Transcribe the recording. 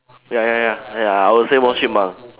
ya ya ya ya I would say more chipmunk